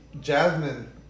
Jasmine